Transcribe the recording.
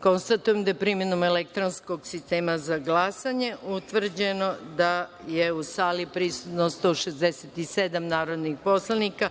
Konstatujem da je, primenom elektronskog sistema za glasanje, utvrđeno da je u sali prisutno 167 narodnih poslanika,